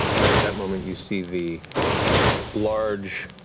right at that moment, you see the large,